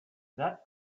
that